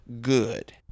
good